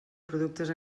productes